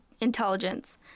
intelligence